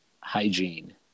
hygiene